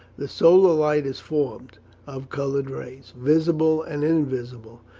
the solar light is formed of coloured rays, visible and in visible,